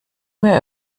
mir